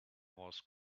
was